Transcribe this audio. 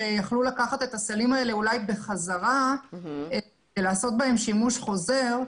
שיכלו לקחת את הסלים האלה בחזרה ולעשות בהם שימוש חוזר,